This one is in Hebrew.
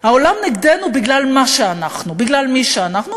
העולם נגדנו בגלל מה שאנחנו, בגלל מי שאנחנו.